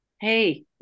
hey